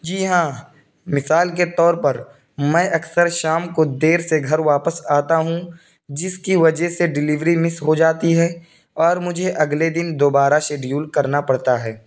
جی ہاں مثال کے طور پر میں اکثر شام کو دیر سے گھر واپس آتا ہوں جس کی وجہ سے ڈلیوری مس ہو جاتی ہے اور مجھے اگلے دن دوبارہ شیڈیول کرنا پڑتا ہے